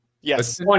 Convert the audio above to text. Yes